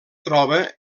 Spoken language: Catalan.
troba